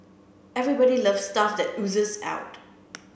everybody loves stuff that oozes out